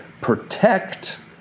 protect